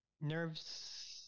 nerves